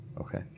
Okay